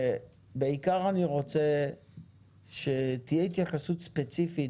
אני רוצה בעיקר שתהיה התייחסות ספציפית,